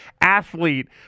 Athlete